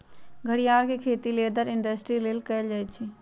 घरियार के खेती लेदर इंडस्ट्री लेल कएल जाइ छइ